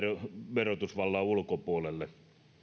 verotusvallan ulkopuolelle